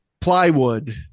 plywood